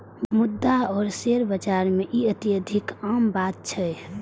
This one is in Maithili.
मुद्रा आ शेयर बाजार मे ई अत्यधिक आम बात छै